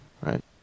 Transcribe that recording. right